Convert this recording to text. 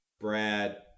Brad